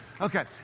Okay